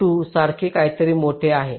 2 सारखे काहीतरी मोठे आहे